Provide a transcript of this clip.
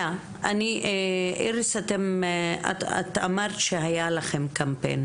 איריס, את אמרת שהיה לכם קמפיין